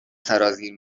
سرازیر